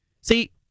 See